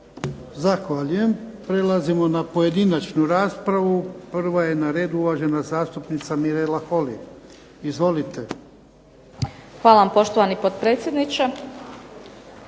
Zahvaljujem. Prelazimo na pojedinačnu raspravu. Prvo je na redu uvažena zastupnica Mirela Holy. Izvolite. **Holy, Mirela (SDP)** Hvala vam poštovani potpredsjedniče.